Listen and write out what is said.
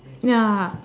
ya